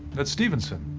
that's stephenson.